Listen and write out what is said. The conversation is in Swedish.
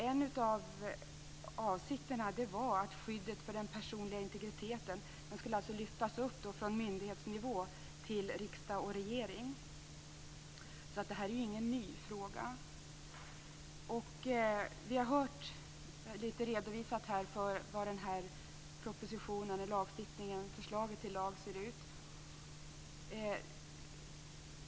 En av avsikterna var att skyddet för den personliga integriteten skulle lyftas upp från myndighetsnivå till riksdag och regering. Detta är alltså ingen ny fråga. Vi har hört redovisat här hur propositionen och förslaget till lag ser ut.